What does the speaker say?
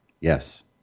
Yes